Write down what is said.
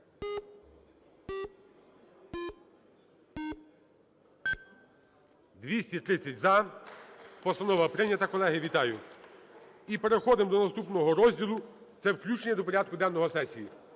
За-230 Постанова прийнята, колеги. Вітаю! І переходимо до наступного розділу - це включення до порядку денного сесії.